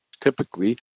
typically